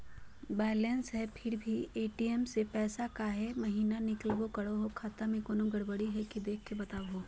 Balance है फिर भी भी ए.टी.एम से पैसा काहे महिना निकलब करो है, खाता में कोनो गड़बड़ी है की देख के बताहों?